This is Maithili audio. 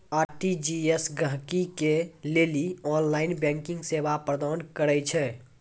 आर.टी.जी.एस गहकि के लेली ऑनलाइन बैंकिंग सेवा प्रदान करै छै